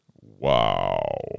Wow